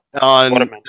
on